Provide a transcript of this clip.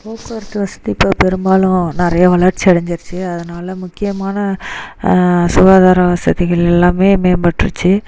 போக்குவரத்து வசதி இப்போ பெரும்பாலும் நிறையா வளர்ச்சி அடஞ்சிருச்சு அதனால் முக்கியமான சுகாதார வசதிகள் எல்லாமே மேம்பட்டுருச்சி